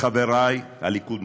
חברי הליכודניקים,